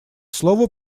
слово